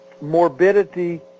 morbidity